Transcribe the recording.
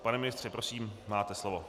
Pane ministře, prosím, máte slovo.